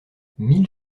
mille